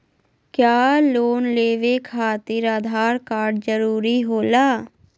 क्या लोन लेवे खातिर आधार कार्ड जरूरी होला?